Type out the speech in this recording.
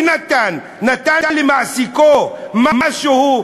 שנתן למעסיקו משהו,